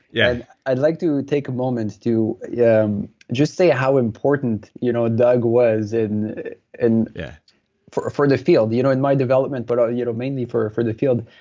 yeah and i'd like to take a moment to yeah just say ah how important you know ah doug was and yeah for for the field. you know in my development, but ah you know mainly for for the field.